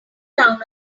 town